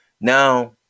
now